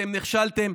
אתם נכשלתם.